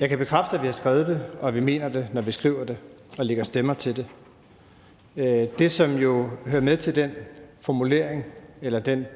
Jeg kan bekræfte, at vi har skrevet det, og at vi mener det, når vi skriver det og lægger stemmer til det. Men den sidste del, som hører med til den formulering eller den